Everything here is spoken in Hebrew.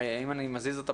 אם אני מזיז את הפגרות,